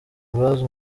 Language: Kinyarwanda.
imbabazi